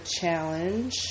challenge